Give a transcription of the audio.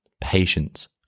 patience